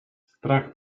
strach